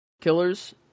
Killers